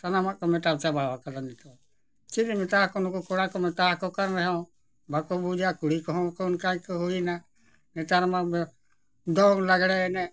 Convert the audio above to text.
ᱥᱟᱱᱟᱢᱟᱜ ᱠᱚ ᱢᱮᱛᱟᱣ ᱪᱟᱵᱟᱣᱟᱠᱟᱫᱟ ᱱᱤᱛᱳᱜ ᱪᱮᱫ ᱮᱢ ᱢᱮᱛᱟ ᱠᱚᱣᱟ ᱱᱩᱠᱩ ᱠᱚᱲᱟ ᱠᱚ ᱢᱮᱛᱟ ᱟᱠᱚ ᱠᱟᱱ ᱨᱮᱦᱚᱸ ᱵᱟᱠᱚ ᱵᱩᱡᱟ ᱠᱩᱲᱤ ᱠᱚᱦᱚᱸ ᱠᱚ ᱚᱱᱠᱟ ᱜᱮᱠᱚ ᱦᱩᱭᱮᱱᱟ ᱱᱮᱛᱟᱨ ᱢᱟ ᱫᱚᱝ ᱞᱟᱜᱽᱲᱮ ᱮᱱᱮᱡ